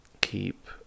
keep